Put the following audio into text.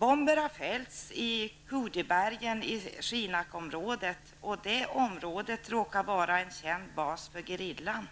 Bomber har fällts i Cudibergen i Cinakområdet, som råkar vara en känd bas för gerillan.